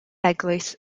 eglwys